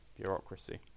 bureaucracy